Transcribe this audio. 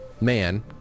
Man